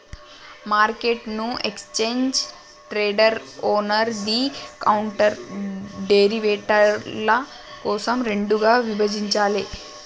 మార్కెట్ను exchange traded, over the counter డెరివేటివ్ల కోసం రెండుగా విభజించాలే